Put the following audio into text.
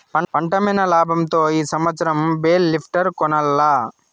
పంటమ్మిన లాబంతో ఈ సంవత్సరం బేల్ లిఫ్టర్ కొనాల్ల